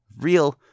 real